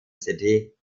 city